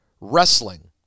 Wrestling